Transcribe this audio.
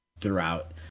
throughout